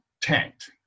tanked